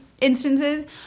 instances